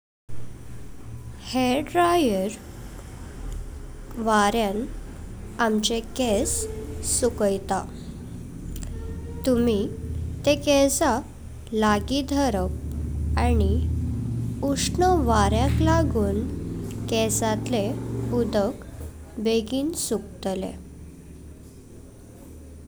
Hair dryer वार्यान आमचे केस सुकैत। तुम्ही तेह केसां लागी धरप आनी उष्ण वार्याक लागतून केसातले उदक बेगिन सुकतले।